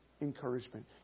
encouragement